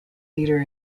leader